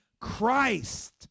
Christ